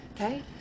okay